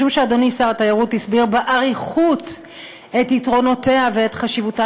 מכיוון שאדוני שר התיירות הסביר באריכות את יתרונותיה ואת חשיבותה